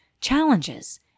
challenges